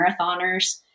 marathoners